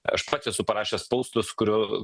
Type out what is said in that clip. aš pats esu parašęs poustus kurių